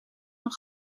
van